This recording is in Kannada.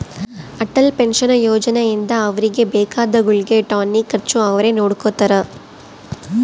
ಅಟಲ್ ಪೆನ್ಶನ್ ಯೋಜನೆ ಇಂದ ಅವ್ರಿಗೆ ಬೇಕಾದ ಗುಳ್ಗೆ ಟಾನಿಕ್ ಖರ್ಚು ಅವ್ರೆ ನೊಡ್ಕೊತಾರ